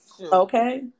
Okay